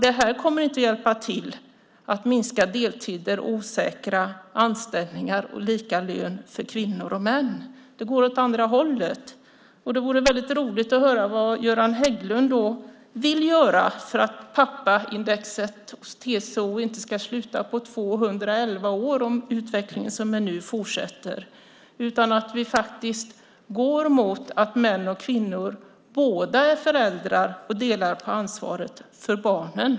Det här kommer inte att hjälpa till att minska deltider och osäkra anställningar och att få lika lön för kvinnor och män. Det går åt andra hållet. Det vore väldigt roligt att höra vad Göran Hägglund vill göra för att pappaindexet hos TCO inte ska sluta på 211 år som det gör om den utveckling som är nu fortsätter. Det handlar om att gå mot att män och kvinnor båda är föräldrar och delar på ansvaret för barnen.